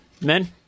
Men